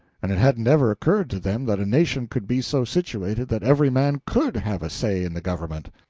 and it hadn't ever occurred to them that a nation could be so situated that every man could have a say in the government.